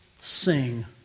sing